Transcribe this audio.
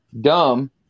dumb